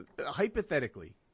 hypothetically